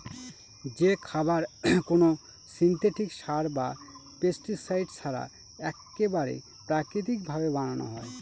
যে খাবার কোনো সিনথেটিক সার বা পেস্টিসাইড ছাড়া এক্কেবারে প্রাকৃতিক ভাবে বানানো হয়